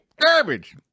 Garbage